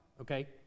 okay